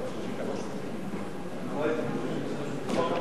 לחיפוש ולבחינה מקדימה),